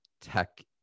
tech